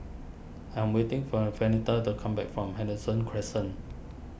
I'm waiting for Venita to come back from Henderson Crescent